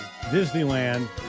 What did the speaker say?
Disneyland